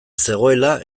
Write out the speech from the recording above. zegoela